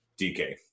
DK